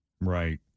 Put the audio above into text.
Right